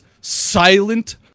silent